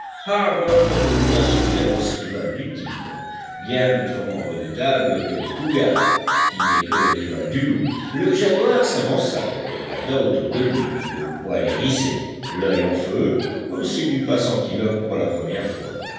reconnut là ce féroce rival du tigre bien autrement redoutable que le couguar qui n'est que le rival du loup le jaguar s'avança et regarda autour de lui le poil hérissé l'oeil en feu comme s'il n'eût pas senti l'homme pour la première fois